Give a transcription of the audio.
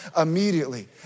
immediately